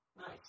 Nice